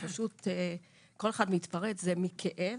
כל אחד מתפרץ, זה מכאב.